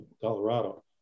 Colorado